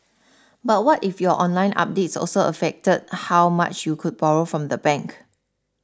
but what if your online updates also affected how much you could borrow from the bank